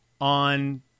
on